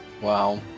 Wow